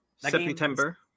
September